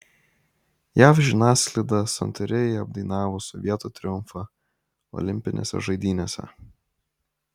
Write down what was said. jav žiniasklaida santūriai apdainavo sovietų triumfą olimpinėse žaidynėse